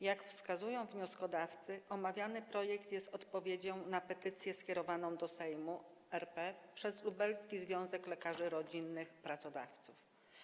Jak wskazują wnioskodawcy, omawiany projekt jest odpowiedzią na petycję skierowaną do Sejmu RP przez Lubelski Związek Lekarzy Rodzinnych - Pracodawców.